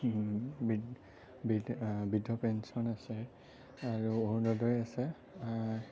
বৃদ্ধ পেন্সন আছে আৰু অৰুণোদয় আছে